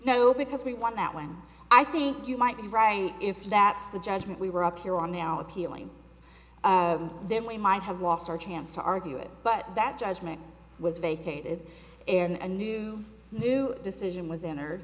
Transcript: no because we want that when i think you might be right if that's the judgment we were up here on now appealing then we might have lost our chance to argue it but that judgement was vacated and a new new decision was entered